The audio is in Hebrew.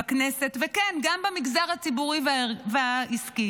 בכנסת וכן גם במגזר הציבורי והעסקי.